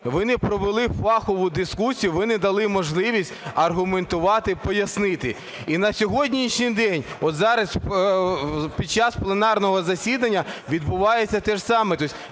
Ви не провели фахову дискусію, ви не дали можливість аргументувати, пояснити. І на сьогоднішній день, от зараз під час пленарного засідання відбувається те ж саме,